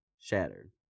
shattered